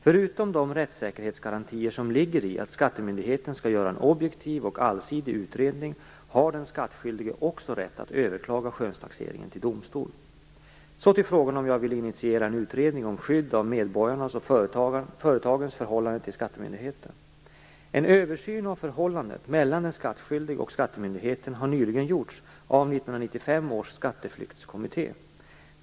Förutom de rättssäkerhetsgarantier som ligger i att skattemyndigheten skall göra en objektiv och allsidig utredning, har den skattskyldige också rätt att överklaga skönstaxeringen till domstol. Så till frågan om jag vill initiera en utredning om skydd av medborgarnas och företagens förhållande till skattemyndigheten. En översyn av förhållandet mellan den skattskyldige och skattemyndigheten har nyligen gjorts av 1995 års skatteflyktskommitté.